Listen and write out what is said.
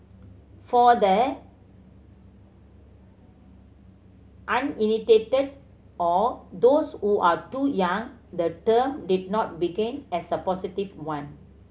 for the uninitiated or those who are too young the term did not begin as a positive one